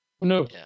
no